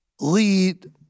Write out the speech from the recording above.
lead